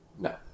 no